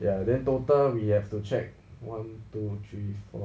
ya then total we have to check one two three four